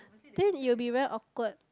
then it will be very awkward